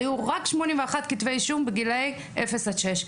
היו רק 81 כתבי אישום בגילי אפס עד שש.